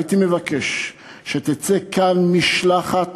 הייתי מבקש שתצא מכאן משלחת,